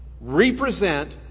represent